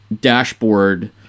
dashboard